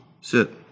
sit